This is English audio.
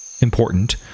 important